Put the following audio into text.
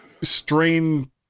strain